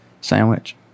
sandwich